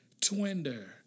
Twinder